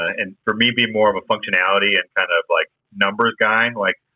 and for me, being more of a functionality and kind of, like, numbers guy, and like,